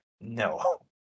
no